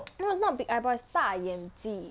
no is not big eyeball is 大眼鸡